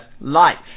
life